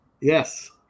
Yes